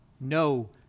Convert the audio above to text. no